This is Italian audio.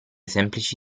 semplici